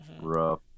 Rough